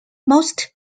most